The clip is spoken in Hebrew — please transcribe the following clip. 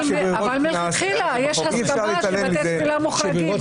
הרי יש הסכמה שבתי תפילה מוחרגים,